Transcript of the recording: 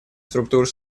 структур